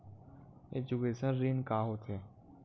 Education ऋण का होथे?